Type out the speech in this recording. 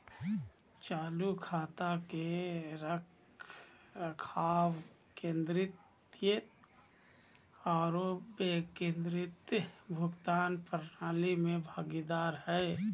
चालू खाता के रखरखाव केंद्रीकृत आरो विकेंद्रीकृत भुगतान प्रणाली में भागीदार हइ